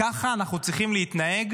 ככה אנחנו צריכים להתנהג